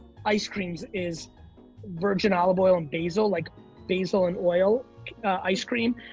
ice creams is virgin olive oil and basil, like basil and oil ice cream.